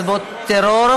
טרור),